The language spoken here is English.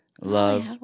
Love